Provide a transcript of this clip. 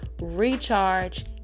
recharge